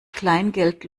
kleingeld